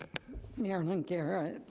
marilyn garrett.